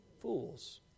Fools